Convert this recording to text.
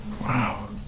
Wow